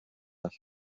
all